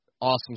awesome